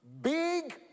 big